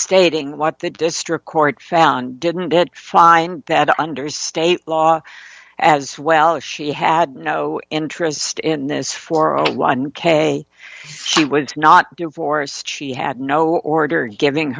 stating what the district court found didn't it find that under state law as well as she had no interest in this for a one k she was not divorced she had no order giving